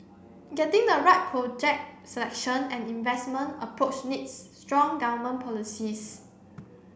getting the right project selection and investment approach needs strong government policies